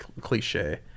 cliche